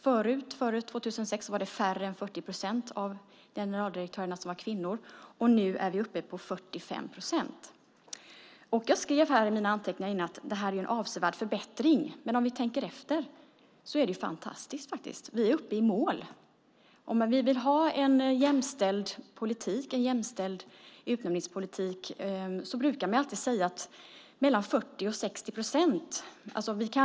Före 2006 var färre än 40 procent av generaldirektörerna kvinnor, och nu är vi uppe på 45 procent. Jag skrev här i mina anteckningar innan att det här är en avsevärd förbättring, men om vi tänker efter är det faktiskt fantastiskt! Vi är i mål. Vi vill ha en jämställd utnämningspolitik, och då brukar man säga att det ska vara mellan 40 och 60 procent av vartdera könet.